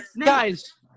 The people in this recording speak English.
Guys